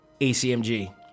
ACMG